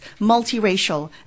multiracial